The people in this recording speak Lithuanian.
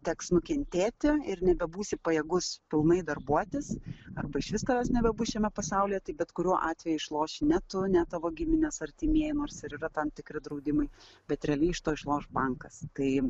teks nukentėti ir nebebūsi pajėgus pilnai darbuotis arba išvis tavęs nebebus šiame pasaulyje tai bet kuriuo atveju išloši ne tu ne tavo giminės artimieji nors ir yra tam tikri draudimai bet realiai iš to išloš bankas tai